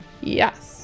yes